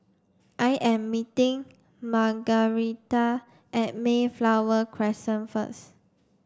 I am meeting Margaretha at Mayflower Crescent first